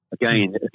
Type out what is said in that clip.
Again